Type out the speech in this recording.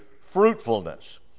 fruitfulness